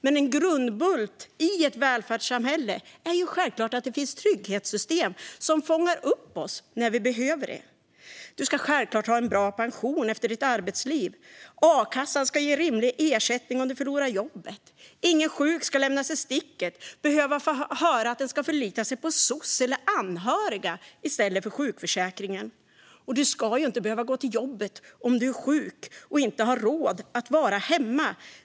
Men en grundbult i ett välfärdssamhälle är självklart att det finns trygghetssystem som fångar upp oss när vi behöver det. Du ska självklart ha en bra pension efter ditt arbetsliv. A-kassan ska ge rimlig ersättning om du förlorar jobbet. Ingen sjuk ska lämnas i sticket eller behöva höra att den ska förlita sig på soc eller anhöriga i stället för på sjukförsäkringen. Du ska inte behöva gå till jobbet om du är sjuk för att du inte har råd att vara hemma.